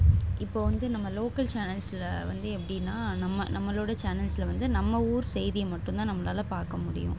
இப்போ வந்து நம்ம லோக்கல் சேனல்ஸில் வந்து எப்படின்னா நம்ம நம்மளோடய சேனல்ஸில் வந்து நம்ம ஊர் செய்தியை மட்டும்தான் நம்மளால் பார்க்க முடியும்